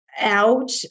out